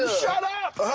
shut up.